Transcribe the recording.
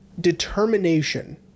determination